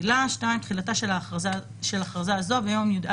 תחילה תחילתה של הכרזה זו ביום "יא'